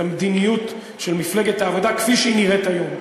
המדיניות של מפלגת העבודה כפי שהיא נראית היום,